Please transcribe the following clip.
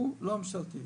הוא לא ממשלתי,